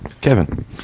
Kevin